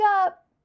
up